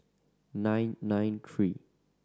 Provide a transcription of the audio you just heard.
nine nine three